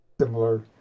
similar